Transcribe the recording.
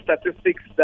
statistics